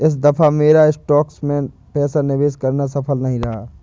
इस दफा मेरा स्टॉक्स में पैसा निवेश करना सफल नहीं रहा